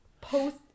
post-